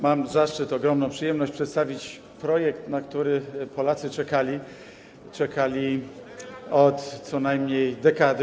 Mam zaszczyt, ogromną przyjemność przedstawić projekt, na który Polacy czekali od co najmniej dekady.